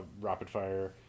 rapid-fire